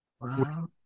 Wow